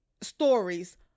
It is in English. stories